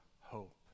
hope